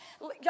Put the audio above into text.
y'all